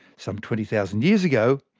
some twenty thousand years ago,